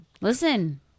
listen